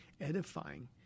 edifying